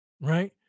right